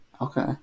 Okay